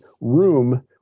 room